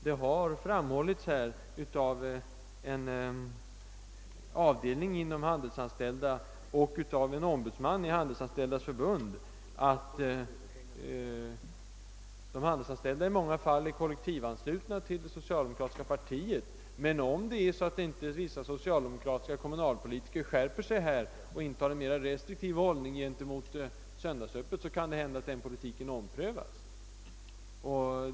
Det har framhållits av en avdelning och en ombudsman i Handelsanställdas förbund att de handelsanställda i många fall är kollektivanslutna till det socialdemokratiska partiet. Men om inte vissa socialdemokratiska kommunalpolitiker skärper sig och intar en mer restriktiv hållning till frågan om söndagsöppet, kan det hända att den politiken omprövas.